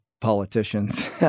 politicians